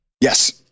Yes